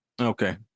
Okay